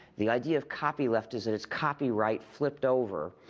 the idea of copyleft is that it's copyright flipped over.